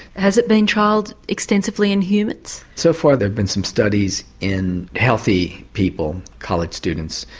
has it been trialled extensively in humans? so far there have been some studies in healthy people, college students,